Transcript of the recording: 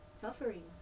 suffering